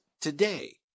today